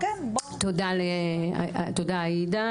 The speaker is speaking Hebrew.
תודה עאידה.